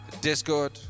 discord